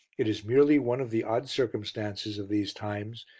it is merely one of the odd circumstances of these times,